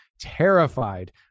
terrified